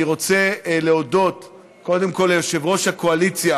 אני רוצה להודות קודם כול ליושב-ראש הקואליציה